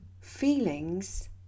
feelings